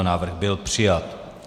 Návrh byl přijat.